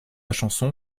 chanson